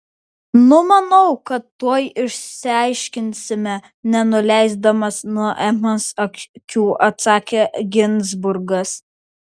numanau kad tuoj išsiaiškinsime nenuleisdamas nuo emos akių atsakė ginzburgas